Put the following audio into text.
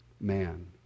man